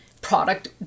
product